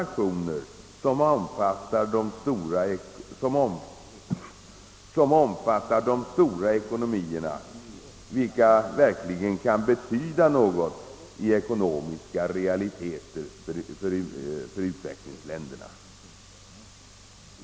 Det är först samfällda aktioner, som omfattar de stora ekonomierna, vilka betyder något i ekonomiska realiteter för u-länderna.